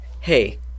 Hey